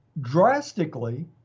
drastically